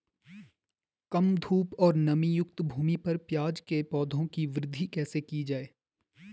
कम धूप और नमीयुक्त भूमि पर प्याज़ के पौधों की वृद्धि कैसे की जाए?